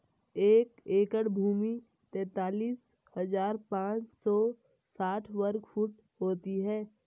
एक एकड़ भूमि तैंतालीस हज़ार पांच सौ साठ वर्ग फुट होती है